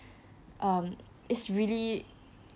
um it's really